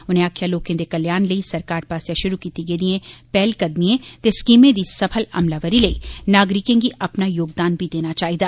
उनें आक्खेआ जे लोकें दे कल्याण लेई सरकार पास्सेआ शुरू कीती गेदिएं पैह्लकदमिएं ते स्कीमें दी सफल अमलावरी लेई नागरिकें गी अपना योगदान बी देना चाईदा